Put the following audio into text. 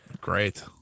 Great